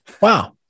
Wow